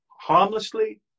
harmlessly